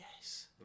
Yes